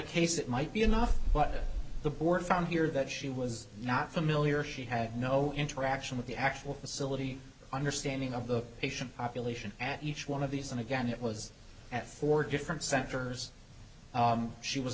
case it might be enough what the board found here that she was not familiar she had no interaction with the actual facility understanding of the patient population at each one of these and again it was at four different centers she was